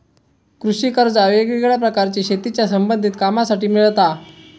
कृषि कर्जा वेगवेगळ्या प्रकारची शेतीच्या संबधित कामांसाठी मिळता